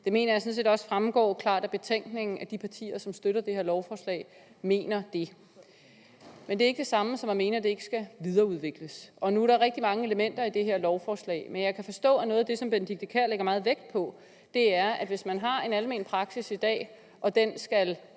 Det mener jeg sådan set også fremgår klart af betænkningen, nemlig at de partier, som støtter det her lovforslag, mener det. Men det er ikke det samme som at mene, at det ikke skal videreudvikles. Nu er der rigtig mange elementer i det her lovforslag, men jeg kan forstå, at noget af det, som fru Benedikte Kiær lægger meget vægt på, er, at hvis man har en almen praksis i dag og den skal